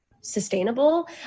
sustainable